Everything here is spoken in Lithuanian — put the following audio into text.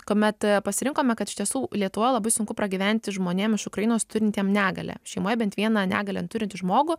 kuomet pasirinkome kad iš tiesų lietuvoj labai sunku pragyventi žmonėm iš ukrainos turintiem negalią šeimoje bent vieną negalią turintį žmogų